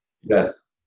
Yes